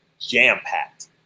jam-packed